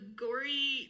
gory